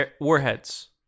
warheads